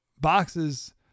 boxes